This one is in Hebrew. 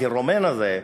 הפירומן הזה,